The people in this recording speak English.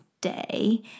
day